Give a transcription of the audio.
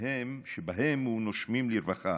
שבהם הוא "נושמים לרווחה",